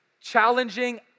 Challenging